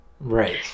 Right